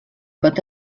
pot